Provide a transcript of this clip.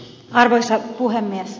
arvoisa puhemies